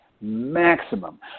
maximum